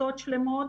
כיתות שלמות.